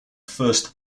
first